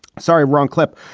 sorry. wrong clip.